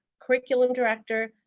curriculum director,